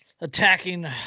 Attacking